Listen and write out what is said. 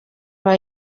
aba